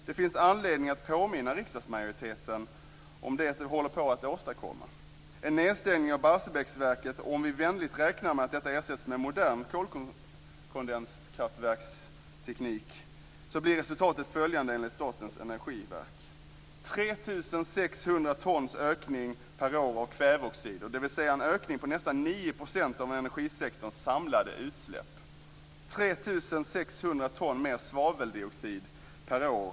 Det finns anledning att påminna riksdagsmajoriteten om det man håller på att åstadkomma. En stängning av Barsebäcksverket, om vi vänligt räknar med att det ersätts med ett modernt kolkondenskraftverk, ger följande resultat enligt Statens energiverk. Det blir 3 600 tons ökning per år av kväveoxider, dvs. en ökning på nästan 9 % av energisektorns samlade utsläpp. Det blir 3 600 ton mer svaveldioxid per år.